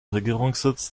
regierungssitz